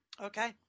Okay